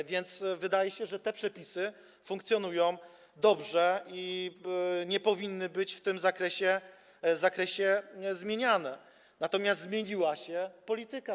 A więc wydaje się, że te przepisy funkcjonują dobrze i nie powinny być w tym zakresie zmieniane, natomiast zmieniła się nasza polityka.